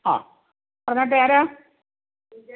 ആ പറഞ്ഞോട്ടെ ആരാ